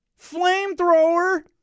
Flamethrower